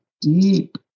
deep